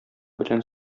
белән